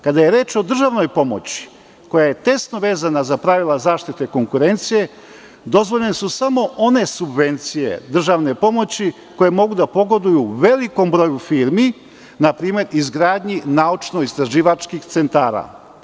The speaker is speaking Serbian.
Kada je reč o državnoj pomoći koja je tesno vezana za pravila zaštite konkurencije dozvoljene su samo one subvencije državne pomoći koje mogu da pogoduju velikom broju firmi, na primer - izgradnji naučno-istraživačkih centara.